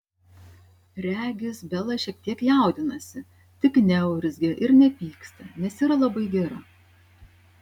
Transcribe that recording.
regis bela šiek tiek jaudinasi tik neurzgia ir nepyksta nes yra labai gera